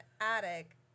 attic